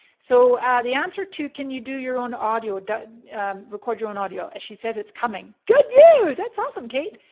so the answer to can you do your own audio, record record your own audio, and she says it's coming. good news, that's awesome kate!